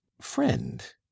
friend